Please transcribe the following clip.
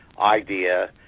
idea